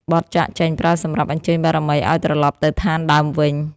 បទចាកចេញ ប្រើសម្រាប់អញ្ជើញបារមីឱ្យត្រឡប់ទៅឋានដើមវិញ។